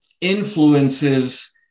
influences